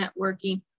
networking